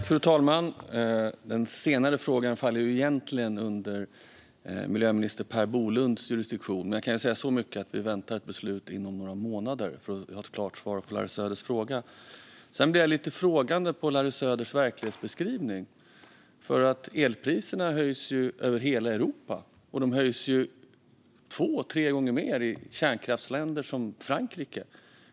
Fru talman! Den senare frågan faller egentligen under miljöminister Per Bolunds jurisdiktion, men jag kan säga så mycket till Larry Söder att vi väntar ett beslut inom några månader. Jag ställer mig lite frågande till Larry Söders verklighetsbeskrivning. Elpriserna höjs över hela Europa, och de höjs två tre gånger mer i kärnkraftsländer som Frankrike.